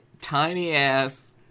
tiny-ass